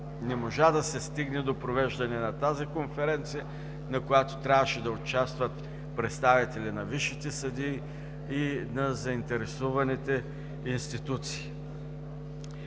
не можа да се стигне до провеждане на тази Конференция, в която трябваше да участват представители на висшите съдии и на заинтересованите институции.